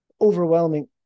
overwhelming